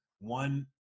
one